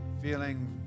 feeling